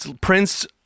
Prince